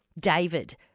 David